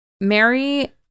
Mary